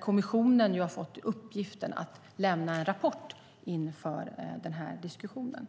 Kommissionen har fått i uppgift att lämna en rapport inför den diskussionen.